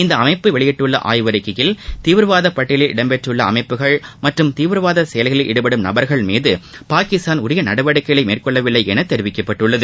இந்த அமைப்பு வெளியிட்டுள்ள ஆய்வறிக்கையில் தீவிரவாத பட்டியலில் இடம் பெற்றுள்ள அமைப்புகள் மற்றும் தீவிரவாத செயல்களில் ஈடுபடும் நபர்கள் மீது பாகிஸ்தான் உரிய நடவடிக்கைகளை மேற்கொள்ளவில்லை என தெரிவிக்கப்பட்டுள்ளது